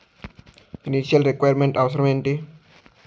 Initial requirement అవసరం ఎంటి?